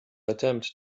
attempt